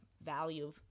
value